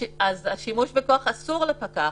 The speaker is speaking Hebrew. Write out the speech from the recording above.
השימוש בכוח אסור לפקח.